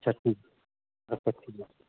اَچھا ٹھیٖک چھُو اَچھا ٹھیٖک